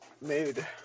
Made